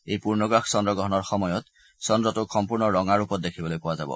এই পূৰ্ণগ্ৰাস চন্দ্ৰগ্ৰহণৰ সময়ত চন্দ্ৰটোক সম্পূৰ্ণ ৰঙা ৰূপত দেখিবলৈ পোৱা যাব